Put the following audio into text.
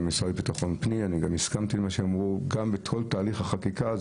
המשרד לביטחון הפנים בכל תהליך החקיקה,